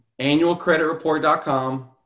annualcreditreport.com